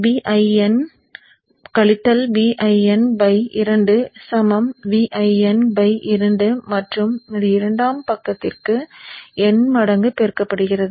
Vin Vin 2 Vin 2 மற்றும் அது இரண்டாம் பக்கத்திற்கு n மடங்கு பெருக்கப்படுகிறது